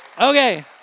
Okay